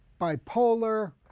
bipolar